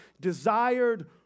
desired